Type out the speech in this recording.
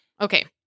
Okay